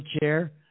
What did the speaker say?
chair